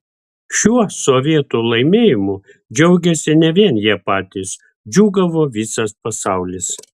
šiuo sovietų laimėjimu džiaugėsi ne vien jie patys džiūgavo visas pasaulis